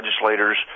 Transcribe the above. legislators